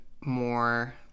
more